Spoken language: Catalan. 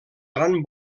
gran